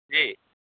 जी